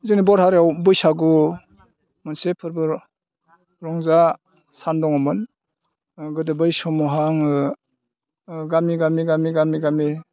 जोंनि बर' हारियाव बैसागु मोनसे फोरबो रंजा सान दङमोन गोदो बै समावहाय आङो गामि गामि